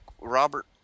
Robert